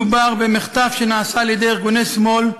מדובר במחטף שנעשה על-ידי ארגוני שמאל,